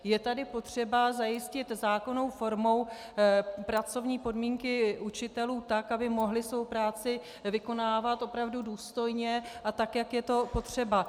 Je tady potřeba zajistit zákonnou formou pracovní podmínky učitelů tak, aby mohli svou práci vykonávat opravdu důstojně a tak, jak je to potřeba.